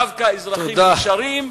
דווקא אזרחים ישרים,